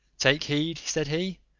take heed, said he,